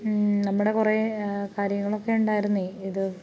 നമ്മുടെ കൊറേ കാര്യങ്ങളൊക്കെ ഉണ്ടായിരുന്നത് ഇത്